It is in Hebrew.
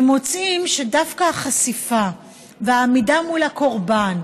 שמוצאים שדווקא החשיפה והעמידה מול הציבור,